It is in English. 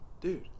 dude